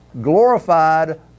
glorified